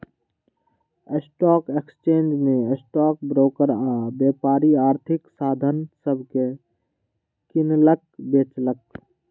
stock exchange में stock broker आऽ व्यापारी आर्थिक साधन सभके किनलक बेचलक